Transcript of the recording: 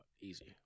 Easy